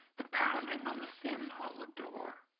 the pounding on the thin hollow door,